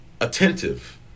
attentive